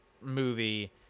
movie